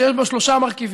שיש בו שלושה מרכיבים: